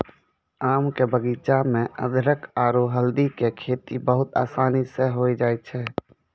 आम के बगीचा मॅ अदरख आरो हल्दी के खेती बहुत आसानी स होय जाय छै